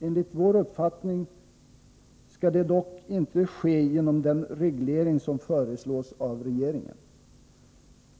Enligt vår uppfattning skall detta dock inte ske genom den reglering som föreslås av regeringen.